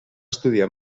estudiar